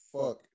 fuck